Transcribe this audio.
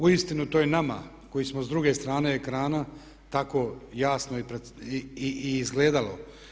Uistinu to je nama koji smo s druge strane ekrana tako jasno i izgledalo.